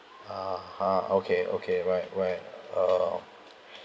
(uh huh) okay okay right where err